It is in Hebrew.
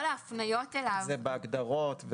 זה בהגדרות.